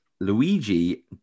Luigi